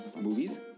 movies